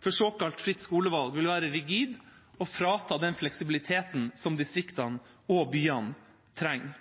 for såkalt fritt skolevalg vil være rigid og frata den fleksibiliteten som distriktene og byene trenger.